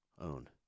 own